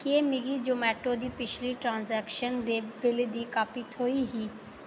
केह् मिगी ज़ोमैटो दी पिछली ट्रांज़ैक्शन दे बिल दी कापी थ्होई ही